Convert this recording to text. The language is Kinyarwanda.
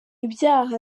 ibyaha